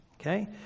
okay